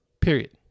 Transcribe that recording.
period